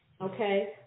okay